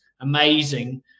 amazing